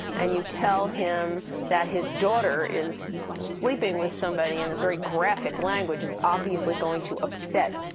and you tell him that his daughter is sleeping with somebody in this very graphic language, it's obviously going to upset